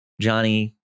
Johnny